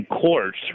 courts